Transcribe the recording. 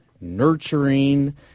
nurturing